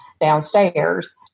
downstairs